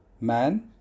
man